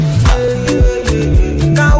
Now